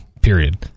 Period